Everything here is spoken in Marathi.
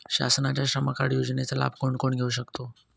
शासनाच्या श्रम कार्ड योजनेचा लाभ कोण कोण घेऊ शकतो?